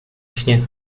śnie